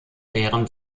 während